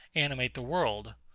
animate the world.